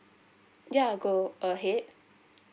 ya go ahead